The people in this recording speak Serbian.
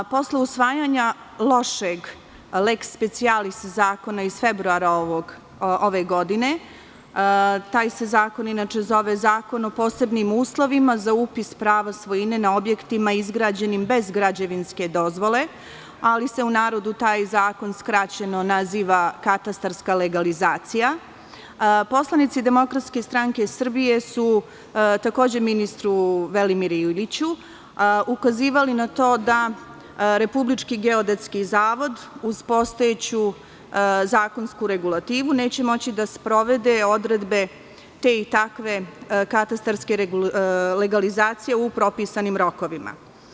Posle usvajanja lošeg lex specialis zakona iz februara ove godine, taj se zakon inače zove Zakon o posebnim uslovima za upis prava svojine na objektima izgrađenim bez građevinske dozvole, ali se u narodu taj zakon skraćeno naziva "katastarska legalizacija", poslanici DSS su, takođe, ministru Velimiru Iliću ukazivali na to da Republički geodetski zavod, uz postojeću zakonsku regulativu, neće moći da sprovede odredbe te i takve katastarske legalizacije u propisanim rokovima.